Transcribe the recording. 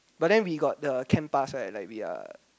but then we got the camp pass right like we are